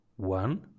One